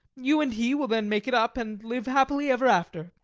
you and he will then make it up and live happily ever after.